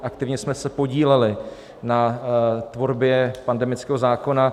Aktivně jsme se podíleli na tvorbě pandemického zákona.